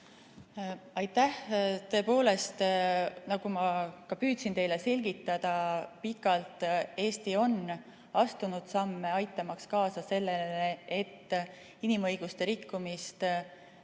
Aitäh! Tõepoolest, nagu ma püüdsin teile selgitada, on Eesti pikalt astunud samme aitamaks kaasa sellele, et inimõiguste rikkumist